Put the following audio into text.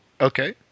Okay